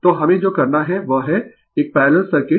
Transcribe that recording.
तो हमें जो करना है वह है एक पैरलल सर्किट